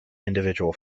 individual